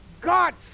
God